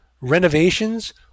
renovations